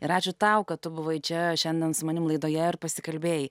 ir ačiū tau kad tu buvai čia šiandien su manim laidoje ar pasikalbėjai